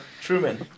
Truman